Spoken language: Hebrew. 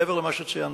מעבר למה שציינתי,